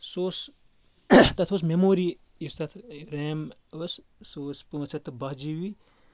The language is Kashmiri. سُہ اوس تَتھ اوس میموری یُس تَتھ ریم ٲس سُہ اوس پانٛژھ ہَتھ تہٕ باہ جی بی